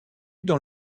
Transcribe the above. dans